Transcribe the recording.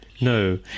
No